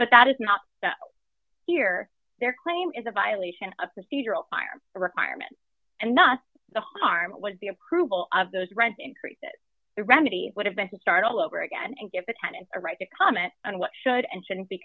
but that is not here their claim is a violation of procedural fire a requirement and not the harm was the approval of those rent increase the remedy would have been to start all over again and give the tenant a right to comment on what should and shouldn't be